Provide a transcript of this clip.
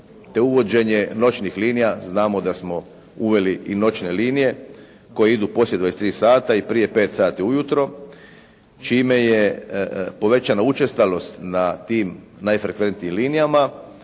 te uvođenje noćnih linija. Znamo da smo uveli i noćne linije koje idu poslije 23 sata i prije 5 sati ujutro čime je povećana učestalost na tim najfrekventnijim linijama,